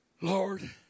Lord